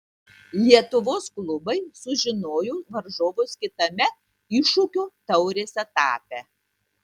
lietuvos klubai sužinojo varžovus kitame iššūkio taurės etape